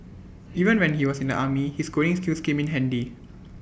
even when he was in the army his coding skills came in handy